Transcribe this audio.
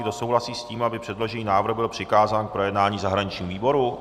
Kdo souhlasí s tím, aby předložený návrh byl přikázán k projednání zahraničnímu výboru?